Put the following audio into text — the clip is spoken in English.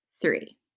three